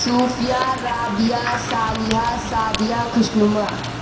Sofia Rabia Saliha Sadia Khushnuma